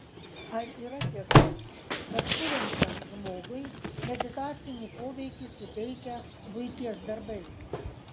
ar yra tiesos kad kuriančiam žmogui meditacinį poveikį suteikia buities darbai